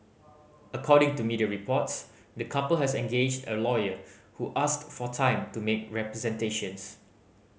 according to media reports the couple has engaged a lawyer who asked for time to make representations